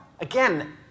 Again